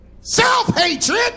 Self-hatred